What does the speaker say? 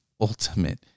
ultimate